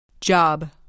job